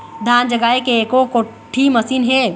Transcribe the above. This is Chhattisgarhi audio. धान जगाए के एको कोठी मशीन हे?